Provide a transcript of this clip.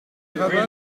gravats